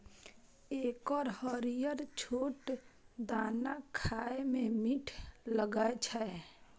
एकर हरियर छोट दाना खाए मे मीठ लागै छै